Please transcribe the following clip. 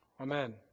Amen